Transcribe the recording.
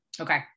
Okay